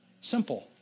Simple